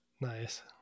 Nice